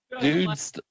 Dude's